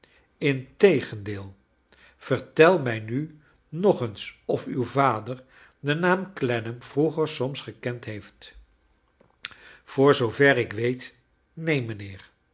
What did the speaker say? integendeel vertel mij nu nog eens of uw vader den naam clennam vroeger soms gekend heeft voor zoover ik weet